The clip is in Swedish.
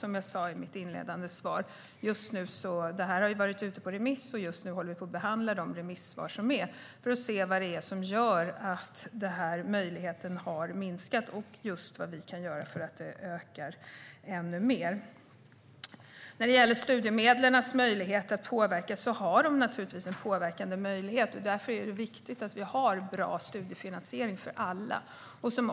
Som jag sa i svaret har detta varit ute på remiss, och nu behandlar vi remissvaren för att se vad som gör att denna möjlighet har minskat och vad vi kan göra för att öka den. Studiemedlen kan givetvis påverka. Därför är det viktigt att vi har bra studiefinansiering för alla.